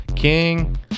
King